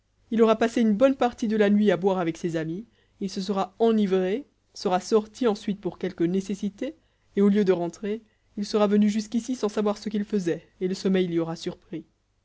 il aura passé une bonne partie de la nuit à boire avec ses amis il se sera enivré sera sorti ensuite pour quelque nécessité et au lieu de rentrer il sera venu jusqu'ici sans savoir ce qu'il faisait et le sommeil l'y aura surpris